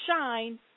shine